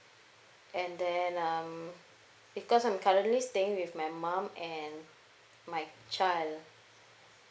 and then um because I'm currently staying with my mom and my child